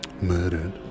murdered